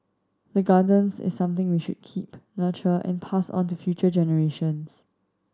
the gardens is something we should keep nurture and pass on to future generations